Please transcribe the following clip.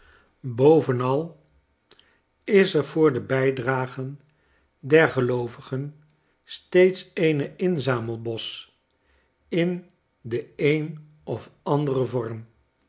bovenal is er voor de bijdragen der geloovigen steeds eene inzamelbos in den eenofanderen vorm